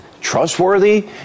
Trustworthy